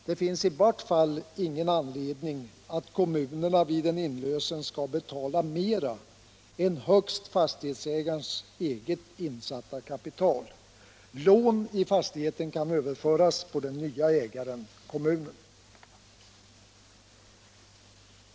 Det finns i vart fall ingen anledning att kommunerna vid en inlösen skall betala mera än högst fastighetsägarens eget insatta kapital. Lån i fastigheten kan överföras på den nya ägaren - kommunen.